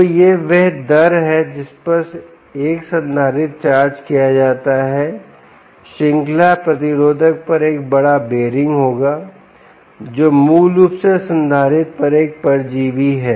तो यह वह दर है जिस पर एक संधारित्र चार्ज किया जाता है श्रृंखला प्रतिरोधक पर एक बड़ा बेयरिंग होगाजो मूल रूप से संधारित्र पर एक परजीवी है